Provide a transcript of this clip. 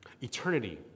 Eternity